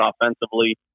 offensively